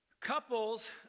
couples